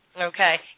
okay